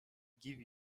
give